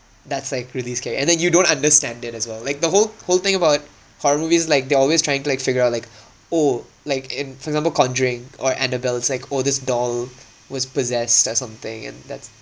that's like really scary and then you don't understand it as well like the whole whole thing about horror movies is like they're always trying to like figure out like oh like in for example conjuring or annabelle it's like oh this doll was possessed or something and that's